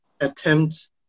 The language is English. attempt